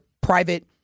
private